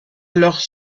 leurs